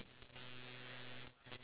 I don't know